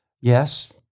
Yes